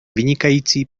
vynikající